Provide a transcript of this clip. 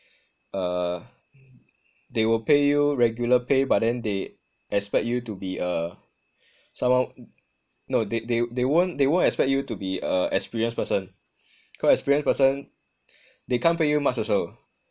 uh they will pay you regular pay but then they expect you to be a someone no they they won't expect you to be a experienced person cause experienced person they can't pay you much also